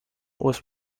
was